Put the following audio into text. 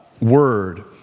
word